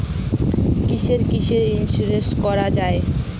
কিসের কিসের ইন্সুরেন্স করা যায়?